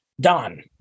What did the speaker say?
Don